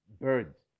birds